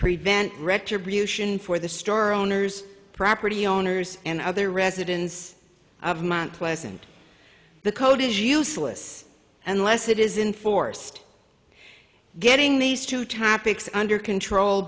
prevent retribution for the store owner's property owners and other residents of mount pleasant the code is useless unless it is in forced getting these two topics under control